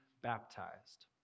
baptized